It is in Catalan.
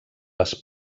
les